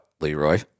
Leroy